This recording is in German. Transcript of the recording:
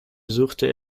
besuchte